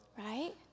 Right